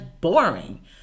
boring